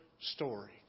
story